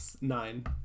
Nine